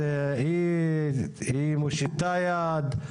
אז היא מושיטה יד.